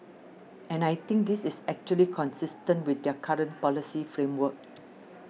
and I think this is actually consistent with their current policy framework